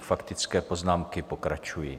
Faktické poznámky pokračují.